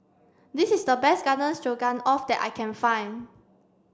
this is the best Garden Stroganoff that I can find